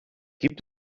gibt